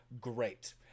Great